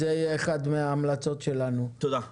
תודה.